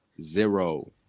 Zero